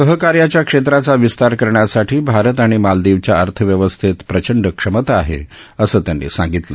सहकार्याच्या क्षेत्राचा विस्तार करण्यासाठी भारत आणि मालदीवच्या अर्थव्यवस्थेमधे प्रचंड क्षमता आहे असं त्यांनी सांगितलं